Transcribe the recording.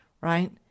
right